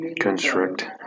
constrict